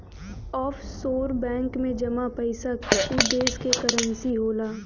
offshore bank में जमा पइसा उ देश क करेंसी होला